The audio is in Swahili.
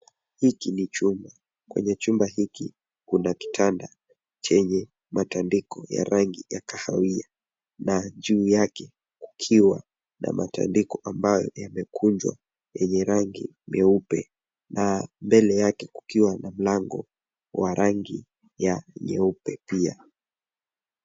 Hiki ni chumba . Kwenye chumba hiki, kuna kitanda chenye matandiko ya rangi ya kahawia na juu yake kukiwa na matandiko ambayo yamekunjwa yenye rangi nyeupe na mbele yake kukiwa na mlango wa rangi ya nyeupe pia.